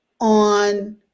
on